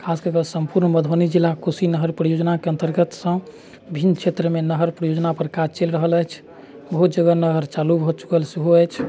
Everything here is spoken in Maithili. खास कऽ कऽ सम्पूर्ण मधुबनी जिला कोशी नहर परियोजनाके अंतर्गतसँ भिन्न क्षेत्रमे नहर परियोजना पर काज चलि रहल अछि बहुत जगह नहर चालू भऽ चुकल सेहो अछि